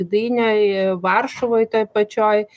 gdynioj varšuvoj toj pačioj